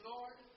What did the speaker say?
Lord